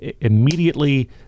immediately